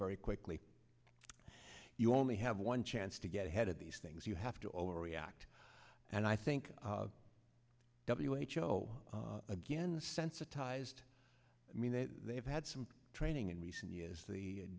very quickly you only have one chance to get ahead of these things you have to over react and i think w h o again the sensitized i mean they have had some training in recent years the